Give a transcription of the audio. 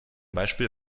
beispiel